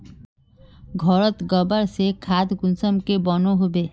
घोरोत गबर से खाद कुंसम के बनो होबे?